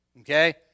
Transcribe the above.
Okay